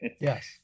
Yes